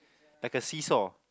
like a see saw